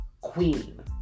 Queen